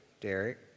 Derek